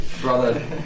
brother